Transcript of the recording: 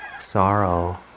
sorrow